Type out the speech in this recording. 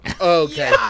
Okay